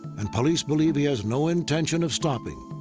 and police believe he has no intention of stopping.